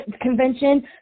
convention